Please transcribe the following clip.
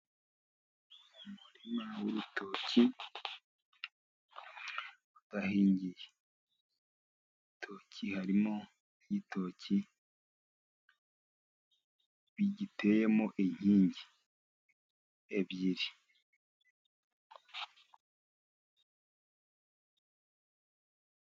Umurima w'urutoki udahingiye. Mu rutoki harimo igitoki giteyemo inkingi ebyiri.